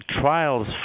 trials